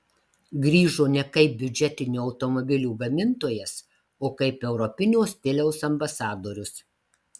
grįžo ne kaip biudžetinių automobilių gamintojas o kaip europinio stiliaus ambasadorius